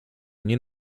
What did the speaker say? nie